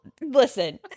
listen